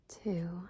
two